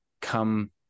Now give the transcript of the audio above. come